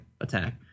attack